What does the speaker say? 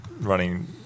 running